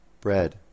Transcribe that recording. bread